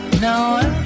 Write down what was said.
No